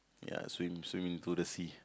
ya swim swim into the sea